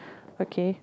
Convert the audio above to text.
okay